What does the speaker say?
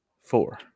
four